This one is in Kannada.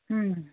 ಹ್ಞೂ